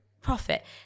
profit